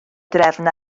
drefn